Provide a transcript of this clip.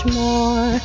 more